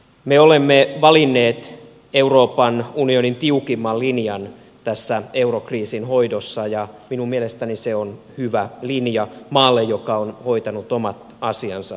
me olemme valinneet euroopan unionin tiukimman linjan tässä eurokriisin hoidossa ja minun mielestäni se on hyvä linja maalle joka on hoitanut omat asiansa hyvin